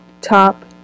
top